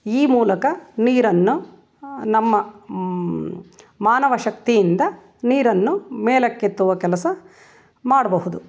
ಈ ಮೂಲಕ ನೀರನ್ನು ನಮ್ಮ ಮಾನವಶಕ್ತಿಯಿಂದ ನೀರನ್ನು ಮೇಲಕ್ಕೆತ್ತುವ ಕೆಲಸ ಮಾಡಬಹುದು